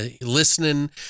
listening